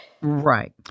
Right